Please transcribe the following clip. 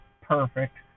perfect